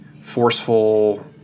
forceful